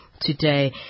today